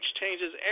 changes